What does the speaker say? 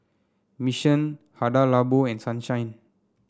Mission Hada Labo and Sunshine